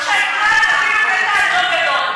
אתה שקרן אפילו קטן, לא גדול.